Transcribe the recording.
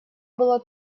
было